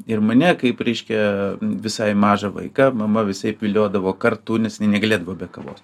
ir mane kaip reiškia visai mažą vaiką mama visaip viliodavo kartu nes jinai negalėdavo be kavos